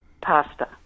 pasta